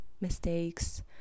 mistakes